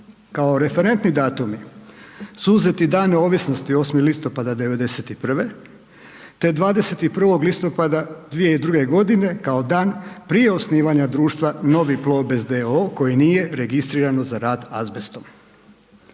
Kao referentni datumi su uzeti Dan neovisnosti, 8. listopada 91. te 21. listopada 2002. g. kao dan prije osnivanja društva Novi Plobest d.o.o. koji nije registriran za rad s azbestom.